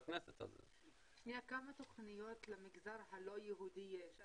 כמה תוכניות למגזר הלא יהודי יש?